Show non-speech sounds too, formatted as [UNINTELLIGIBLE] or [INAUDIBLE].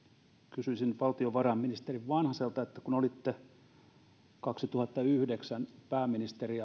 kysyisin valtiovarainministeri vanhaselta kun olitte kaksituhattayhdeksän pääministeri [UNINTELLIGIBLE]